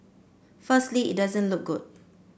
firstly it doesn't look good